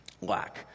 lack